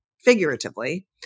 figuratively